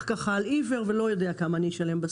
על עיוור ולא יודע כמה בסוף אני אשלם.